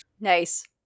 Nice